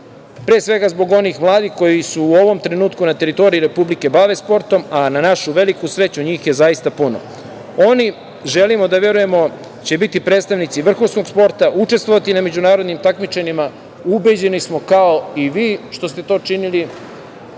generacija, zbog onih mladih koji se u ovom trenutku na teritoriji Republike bave sportom, a na našu veliku sreću njih je zaista puno. Oni, želimo da verujemo, će biti predstavnici vrhunskog sporta, učestvovati na međunarodnim takmičenjima, ubeđeni smo i kao i vi što ste to činili,